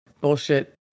bullshit